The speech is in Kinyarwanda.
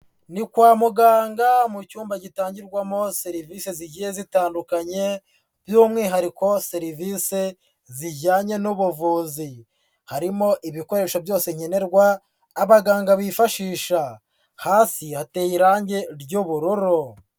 Ni kwa muganga mu cyumba gitangirwamo serivisi zigiye zitandukanye by'umwihariko serivisi zijyanye n'ubuvuzi. Harimo ibikoresho byose nkenerwa abaganga bifashisha. Hasi hateye irangi ry'ubururu.